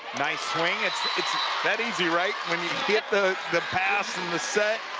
nice swing, it's it's that easy, right, when you get the the pass and the set,